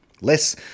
less